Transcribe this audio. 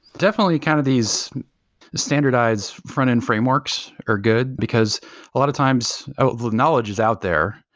definitely kind of these standardized front-end frameworks are good, because a lot of times the knowledge is out there.